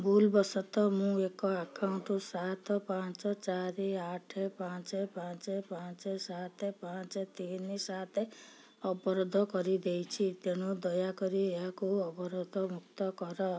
ଭୁଲବଶତଃ ମୁଁ ଏକ ଆକାଉଣ୍ଟ ସାତ ପାଞ୍ଚ ଚାରି ଆଠ ପାଞ୍ଚ ପାଞ୍ଚ ପାଞ୍ଚ ସାତ ପାଞ୍ଚ ତିନି ସାତ ଅବରୋଧ କରିଦେଇଛି ତେଣୁ ଦୟାକରି ଏହାକୁ ଅବରୋଧମୁକ୍ତ କର